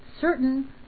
certain